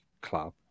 club